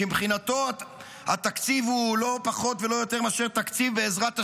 שמבחינתו התקציב הוא לא פחות ולא יותר מאשר תקציב בעזרת השם,